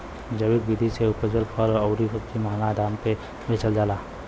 जैविक विधि से उपजल फल अउरी सब्जी महंगा दाम पे बेचल जाला